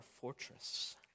fortress